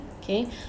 Okay